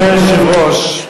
אדוני היושב-ראש,